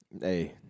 Hey